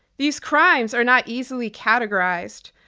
these crimes are not easily categorized.